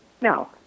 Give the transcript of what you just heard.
No